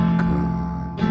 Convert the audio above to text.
good